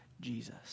Jesus